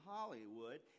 Hollywood